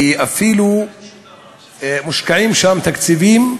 ואפילו מושקעים שם תקציבים,